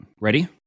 Ready